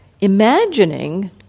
imagining